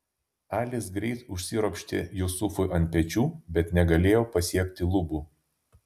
alis greit užsiropštė jusufui ant pečių bet negalėjo pasiekti lubų